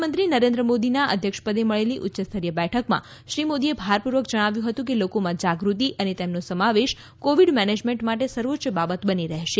પ્રધાનમંત્રી નરેન્દ્ર મોદીના અધ્યક્ષપદે મળેલી ઉચ્યસ્તરીય બેઠકમાં શ્રી મોદીએ ભારપૂર્વક જણાવ્યું હતું કે લોકોમાં જાગૃતિ અને તેમનો સમાવેશ કોવિડ મેનેજમેન્ટ માટે સર્વોચ્ય બાબત બની રહેશે